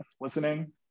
listening